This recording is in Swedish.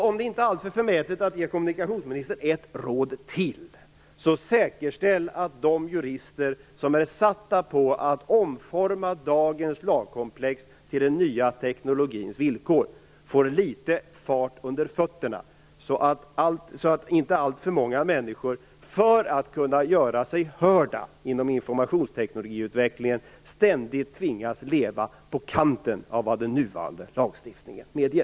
Om det inte anses förmätet att ge kommunikationsministern ett råd till vill jag därför säga: Säkerställ att de jurister som är satta att omforma dagens lagkomplex till den nya teknologins villkor får litet fart under fötterna, så att inte alltför många människor, för att kunna göra sig hörda i informationsteknikutvecklingen, ständigt tvingas leva på kanten av vad den nuvarande lagstiftningen medger!